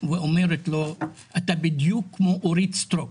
ואומרת לו: "אתה בדיוק כמו אורית סטרוק",